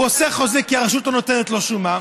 הוא עושה חוזה כי הרשות לא נותנת לו שומה,